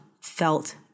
felt